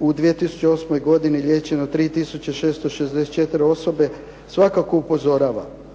u 2008. godini liječeno 3664 osobe svakako upozorava,